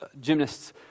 Gymnasts